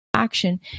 action